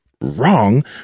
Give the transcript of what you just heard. wrong